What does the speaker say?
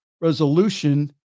Resolution